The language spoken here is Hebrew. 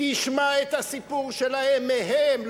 תשמע את הסיפור שלהם מהם,